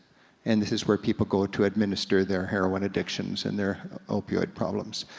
and this is where people go to administer their heroine addictions, and their opioid problems.